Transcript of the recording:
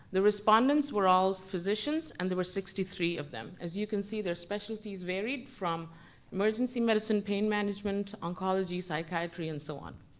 the respondents were all physicians, and there were sixty three of them. as you can see, their specialties varied from emergency medicine, pain management, oncology, psychiatry, and so on.